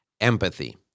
empathy